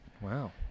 Wow